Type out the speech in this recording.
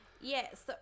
Yes